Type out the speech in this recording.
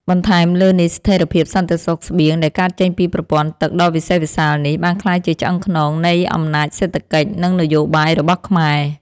បន្ថែមលើនេះ ស្ថិរភាពសន្តិសុខស្បៀងដែលកើតចេញពីប្រព័ន្ធទឹកដ៏វិសេសវិសាលនេះ បានក្លាយជាឆ្អឹងខ្នងនៃអំណាចសេដ្ឋកិច្ច និងនយោបាយរបស់ខ្មែរ។